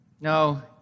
No